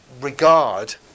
regard